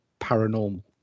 Paranormal